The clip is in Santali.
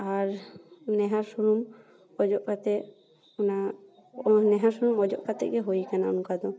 ᱟᱨ ᱱᱤᱦᱟᱨ ᱥᱩᱱᱩᱢ ᱚᱡᱚᱜ ᱠᱟᱛᱮ ᱚᱱᱟ ᱚᱱᱟ ᱱᱤᱦᱟᱨ ᱥᱩᱱᱤᱢ ᱚᱡᱚᱜ ᱠᱟᱛᱮᱜᱮ ᱦᱩᱭ ᱟᱠᱟᱱᱟ ᱚᱱᱠᱟ ᱫᱚ ᱟᱨ ᱚᱱᱟ ᱠᱷᱟᱹᱛᱤᱨ ᱛᱮ ᱱᱤᱦᱟᱨ ᱥᱩᱱᱩᱢ ᱫᱚ ᱱᱮᱛᱟᱨ ᱵᱟᱹᱧ ᱵᱮᱵᱚᱦᱟᱨᱟ ᱱᱤᱦᱟᱨ ᱥᱩᱱᱩᱢ ᱵᱚᱫᱚᱞᱛᱮ ᱱᱟᱨᱠᱮᱞ ᱥᱩᱱᱩᱢ ᱤᱧ ᱵᱮᱵᱚᱦᱟᱨ ᱮᱫᱟ